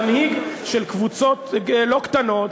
מנהיג של קבוצות לא קטנות,